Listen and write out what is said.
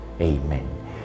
Amen